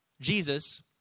Jesus